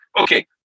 okay